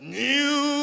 new